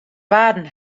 waarden